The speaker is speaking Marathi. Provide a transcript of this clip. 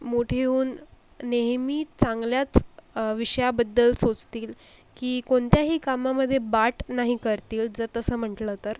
मोठे होऊन नेहमी चांगल्याच विषयाबद्दल सोचतील की कोणत्याही कामामध्ये बाट नाही करतील जर तसं म्हंटलं तर